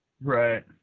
Right